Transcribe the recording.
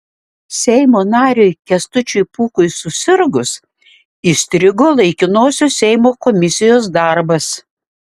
seimo nariui kęstučiui pūkui susirgus įstrigo laikinosios seimo komisijos darbas